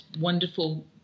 wonderful